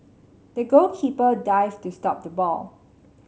the goalkeeper dived to stop the ball